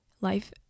life